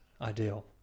ideal